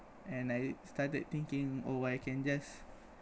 and I started thinking oh I can just